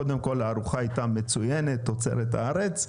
קודם כול, הארוחה הייתה מצוינת, מתוצרת הארץ.